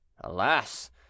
Alas